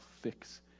fix